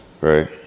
right